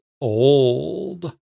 old